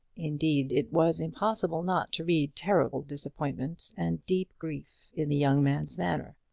indeed, it was impossible not to read terrible disappointment and deep grief in the young man's manner.